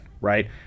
right